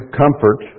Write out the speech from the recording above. comfort